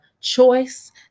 choice